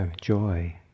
joy